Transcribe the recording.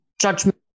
judgment